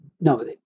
no